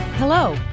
Hello